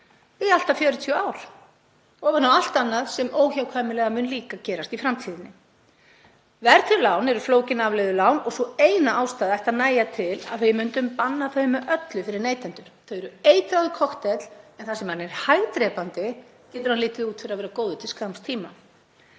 í allt að 40 ár, ofan á allt annað sem óhjákvæmilega mun líka gerast í framtíðinni. Verðtryggð lán eru flókin afleiðulán og sú eina ástæða ætti að nægja til þess að við myndum banna þau með öllu fyrir neytendur. Þau eru eitraður kokteill en þar sem hann er hægdrepandi getur hann litið út fyrir að vera góður til skamms tíma.